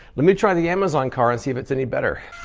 let me try the amazon car and see if it's any better